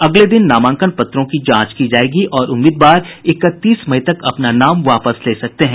अगले दिन नामांकन पत्रों की जांच की जायेगी और उम्मीदवार इकतीस मई तक अपना नाम वापस ले सकते हैं